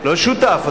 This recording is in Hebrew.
לא שותף,